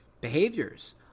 behaviors